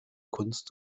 kunst